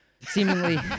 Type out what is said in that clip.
Seemingly